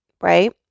right